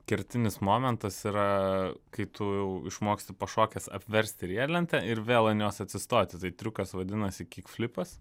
kertinis momentas yra kai tu jau išmoksti pašokęs apversti riedlentę ir vėl ant jos atsistoti tai triukas vadinasi kik flipas